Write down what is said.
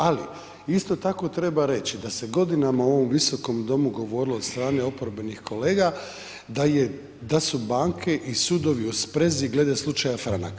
Ali isto tako treba reći da se godinama u ovom visokom domu govorilo od strane oporbenih kolega da je, da su banke i sudovi u sprezi glede slučaja „Franak“